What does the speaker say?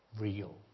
real